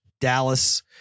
Dallas